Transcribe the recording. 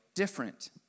different